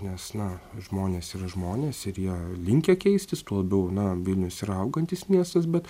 nes na žmonės yra žmonės ir jie linkę keistis tuo labiau na vilnius yra augantis miestas bet